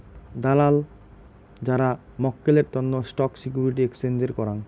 দালাল যারা মক্কেলের তন্ন স্টক সিকিউরিটি এক্সচেঞ্জের করাং